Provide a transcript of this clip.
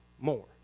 more